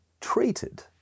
treated